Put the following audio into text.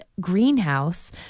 greenhouse